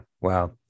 Wow